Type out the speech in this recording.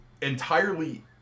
entirely